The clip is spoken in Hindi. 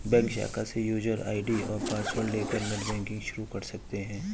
बैंक शाखा से यूजर आई.डी और पॉसवर्ड लेकर नेटबैंकिंग शुरू कर सकते है